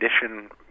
condition